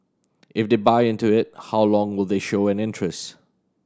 if they buy into it how long will they show an interest